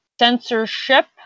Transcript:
censorship